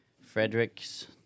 Frederick's